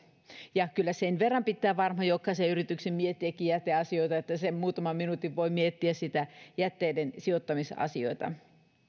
kyllä sen verran pitää varmaan jokaisen yrityksen miettiäkin jäteasioita että sen muutaman minuutin voi miettiä jätteiden sijoittamisasioita